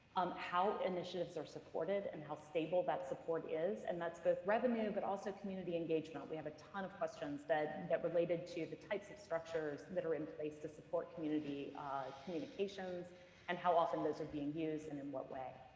um how initiatives are supported and how stable that support is, and that's revenue but also community engagement, we have a ton of questions that that related to the types of structures that are in place to support community communications and how often those are being used and in what way.